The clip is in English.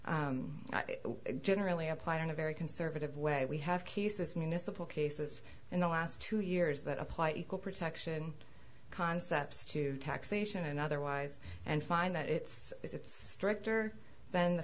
generally applied in a very conservative way we have pieces municipal cases in the last two years that apply equal protection concepts to taxation and otherwise and find that it's it's stricter than the